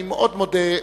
אני מאוד מודה.